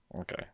Okay